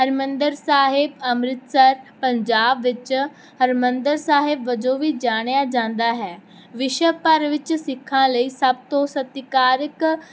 ਹਰਿਮੰਦਰ ਸਾਹਿਬ ਅੰਮ੍ਰਿਤਸਰ ਪੰਜਾਬ ਵਿੱਚ ਹਰਿਮੰਦਰ ਸਾਹਿਬ ਵਜੋਂ ਵੀ ਜਾਣਿਆ ਜਾਂਦਾ ਹੈ ਵਿਸ਼ਵ ਭਰ ਵਿੱਚ ਸਿੱਖਾਂ ਲਈ ਸਭ ਤੋਂ ਸਤਿਕਾਰਿਕ